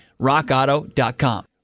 Rockauto.com